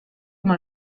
mal